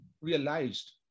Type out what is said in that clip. realized